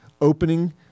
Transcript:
opening